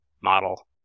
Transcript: model